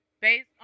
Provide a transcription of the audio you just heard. based